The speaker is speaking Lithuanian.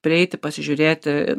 prieiti pasižiūrėti